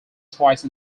twice